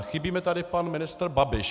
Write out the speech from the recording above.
Chybí mi tady pan ministr Babiš.